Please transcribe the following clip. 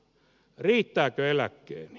riittääkö eläkkeeni